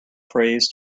phrase